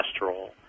cholesterol